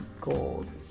gold